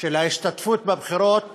של ההשתתפות בבחירות